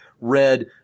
read